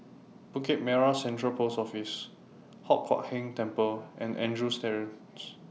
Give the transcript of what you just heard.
Bukit Merah Central Post Office Hock Huat Keng Temple and Andrews Terrace